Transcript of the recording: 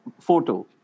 photo